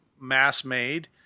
mass-made